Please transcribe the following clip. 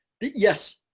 Yes